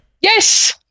Yes